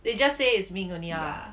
they just say is mink only ah